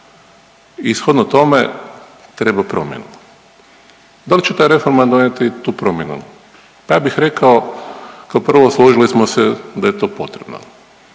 I shodno tome treba promjena. Da li će ta reforma donijeti tu promjenu? Pa ja bih rekao kao prvo složili smo se da je to potrebno,